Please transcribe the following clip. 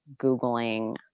Googling